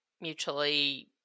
mutually